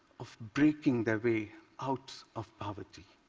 of breaking their way out of poverty.